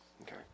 Okay